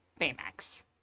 Baymax